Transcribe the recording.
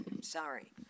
Sorry